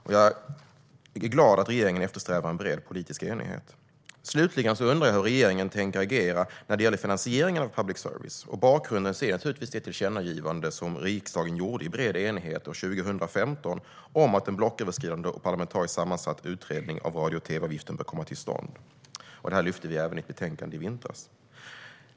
Jag är mycket glad över att regeringen strävar efter en bred politisk enighet. Slutligen undrade jag hur regeringen tänker agera när det gäller finansieringen av public service. Bakgrunden är givetvis det tillkännagivande som riksdagen gjorde i bred enighet år 2015 om att en blocköverskridande och parlamentariskt sammansatt utredning av radio och tv-avgiften bör komma till stånd. Detta tog vi också upp i ett betänkande i vintras.